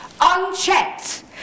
Unchecked